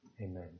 Amen